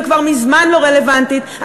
וכבר מזמן לא רלוונטית,